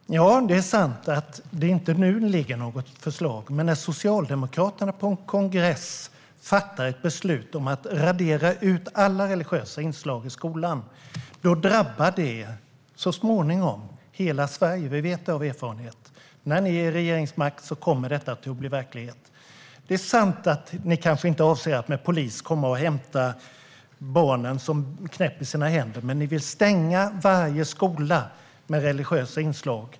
Herr talman! Det är sant att det inte nu ligger något förslag. Men när Socialdemokraterna fattar ett beslut på en kongress om att radera ut alla religiösa inslag i skolan drabbar det så småningom hela Sverige. Det vet vi av erfarenhet; när ni har regeringsmakten kommer det att bli verklighet, Anna Ekström. Det är sant att ni kanske inte avser att med polis komma och hämta barnen som knäpper sina händer. Men ni vill stänga varje skola med religiösa inslag.